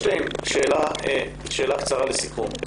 שאלה קצרה לסיכום: